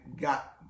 got